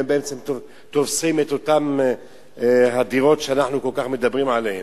והם בעצם תופסים את אותן הדירות שאנחנו כל כך מדברים עליהן.